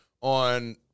on